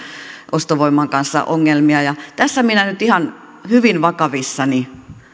ostovoiman kanssa ongelmia tässä minä nyt ihan hyvin vakavissani